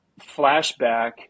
flashback